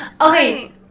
Okay